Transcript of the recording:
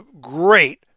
great